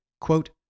quote